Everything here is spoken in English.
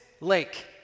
lake